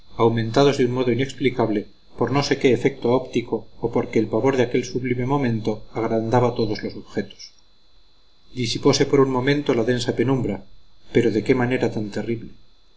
aumentados de un modo inexplicable por no sé qué efecto óptico o porque el pavor de aquel sublime momento agrandaba todos los objetos disipose por un momento la densa penumbra pero de qué manera tan terrible